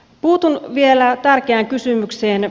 puutun vielä tärkeään kysymykseen